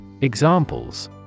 Examples